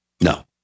No